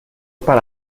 para